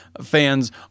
Fans